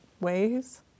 ways